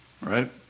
right